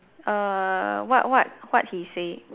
err what what what he say